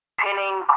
pinning